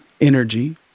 energy